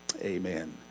amen